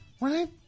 Right